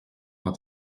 son